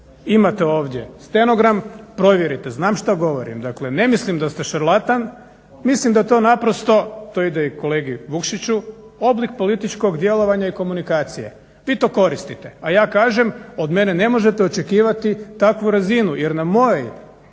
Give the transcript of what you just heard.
Imate ovdje stenogram, provjerite. Znam šta govorim. Dakle, ne mislim da ste šarlatan, mislim da to naprosto, to ide i kolegi Vukšiću, oblik političkog djelovanja i komunikacije. Vi to koristite, a ja kažem od mene ne možete očekivati tavu razinu jer na mojoj,